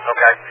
Okay